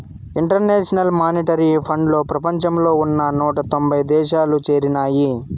international monetary ఫండ్లో ప్రపంచంలో ఉన్న నూట తొంభై దేశాలు చేరినాయి